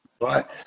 right